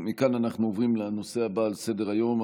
מכאן אנחנו עוברים לנושא הבא על סדר-היום,